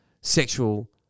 sexual